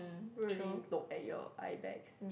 won't really look at your eyebags